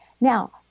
Now